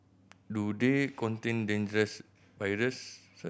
do they contain dangerous viruses